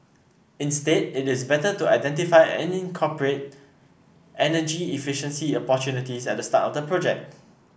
instead it is better to identify and incorporate energy efficiency opportunities at the start of the project